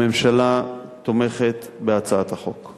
הממשלה תומכת בהצעת החוק.